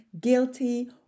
guilty